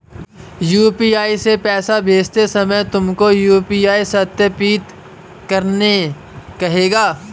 UPI से पैसे भेजते समय तुमको यू.पी.आई सत्यापित करने कहेगा